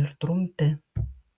ir trumpi